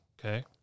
Okay